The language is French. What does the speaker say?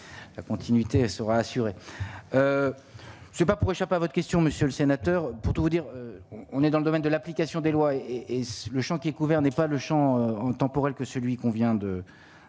la continuité sera assurée, c'est pas pour échapper à votre question, monsieur le sénateur, pour tout vous dire, on est dans le domaine de l'application des lois et est-ce le chant qui couvert n'est pas le Champ temporel que celui qu'on vient de